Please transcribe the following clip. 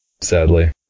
sadly